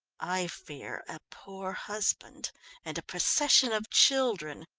i fear a poor husband and a procession of children,